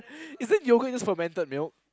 isn't yogurt just fermented milk